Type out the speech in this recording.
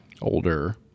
Older